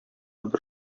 бер